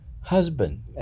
husband